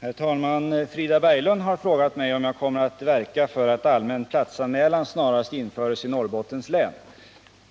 Herr talman! Frida Berglund har frågat mig om jag kommer att verka för att allmän platsanmälan snarast införes i Norrbottens län.